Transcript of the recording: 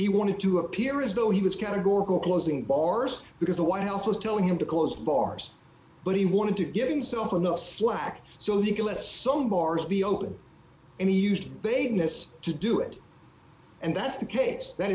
he wanted to appear as though he was categorical closing bars because the white house was telling him to close bars but he wanted to give himself enough slack so you could let some bars be open and he used vagueness to do it and that's the case that